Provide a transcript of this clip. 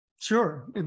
Sure